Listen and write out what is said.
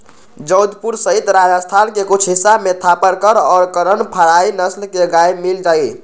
जोधपुर सहित राजस्थान के कुछ हिस्सा में थापरकर और करन फ्राइ नस्ल के गाय मील जाहई